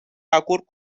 acord